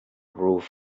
roof